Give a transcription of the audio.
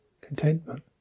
contentment